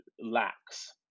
lacks